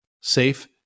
safe